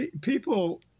people